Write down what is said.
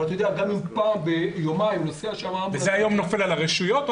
אבל גם אם פעם ביומיים נוסע שם אמבולנס --- היום זה נופל על הרשויות?